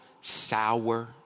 sour